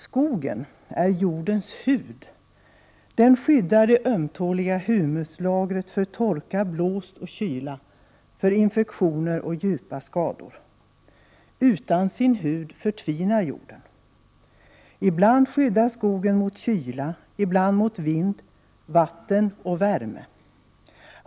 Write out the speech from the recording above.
Skogen är jordens hud; den skyddar det ömtåliga humuslagret mot torka, blåst och kyla, mot infektioner och djupa skador. Utan sin hud förtvinar jorden. Ibland skyddar skogen mot kyla, ibland mot vind, vatten och värme.